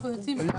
אנחנו יוצאים.